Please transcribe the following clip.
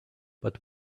but